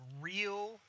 real